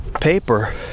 paper